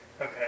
Okay